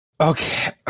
Okay